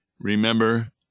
Remember